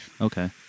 Okay